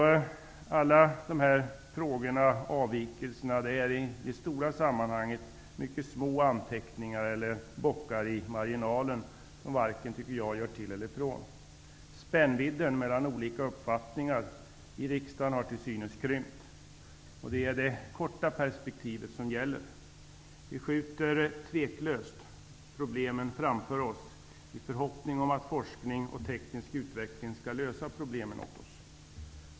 Alla dessa avvikelser är i det stora sammanhanget mycket små anteckningar eller bockar i marginalen som varken gör till eller från. Spännvidden mellan olika uppfattningar i riksdagen har till synes krympt. Det är det korta perspektivet som gäller. Vi skjuter tveklöst problemen framför oss i förhoppning om att forskning och teknisk utveckling skall lösa problemen åt oss.